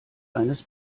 eines